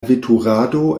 veturado